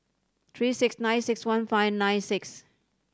three six nine six one five nine six